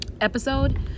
episode